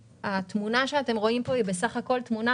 התמונה שאתם רואים פה היא בסך הכול חיובית